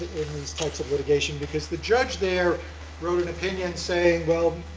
in these types of litigation, because the judge there wrote an opinion saying well,